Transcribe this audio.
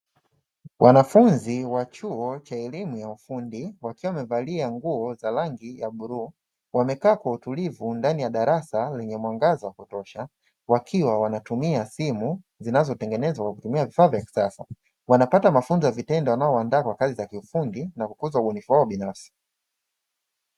Wanafunzi wa chuoncha elimu ya ufundi wakiwa wamevalia nguo za rangi ya bluu, wamekaa kwa utulivu ndani ya darasa lenye mwangaza wa kutosha wakiwa wanatumia simu zinazotengenezwa kwa kutumia vifaa vya kisasa. Wanapata mafunzo ya vitendo wanayoandaa na kuuza ubunifu wao binafsi.